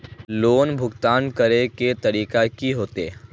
Loan भुगतान करे के तरीका की होते?